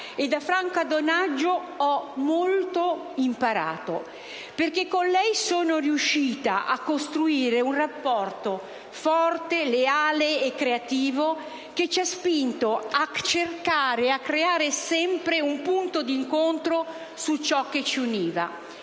da Franca Donaggio ho imparato molto, perché con lei sono riuscita a costruire un rapporto forte, leale e creativo, che ci ha spinte a cercare e creare sempre un punto d'incontro su ciò che ci univa.